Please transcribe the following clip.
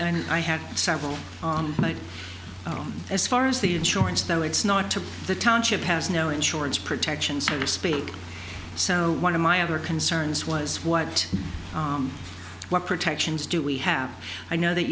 and i had several as far as the insurance that it's not to the township has no insurance protection so to speak so one of my other concerns was what what protections do we have i know that